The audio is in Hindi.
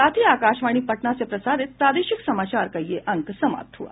इसके साथ ही आकाशवाणी पटना से प्रसारित प्रादेशिक समाचार का ये अंक समाप्त हुआ